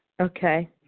Okay